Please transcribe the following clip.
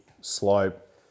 slope